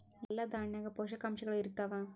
ಎಲ್ಲಾ ದಾಣ್ಯಾಗ ಪೋಷಕಾಂಶಗಳು ಇರತ್ತಾವ?